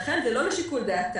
לכן זה לא לשיקול דעתם.